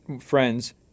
friends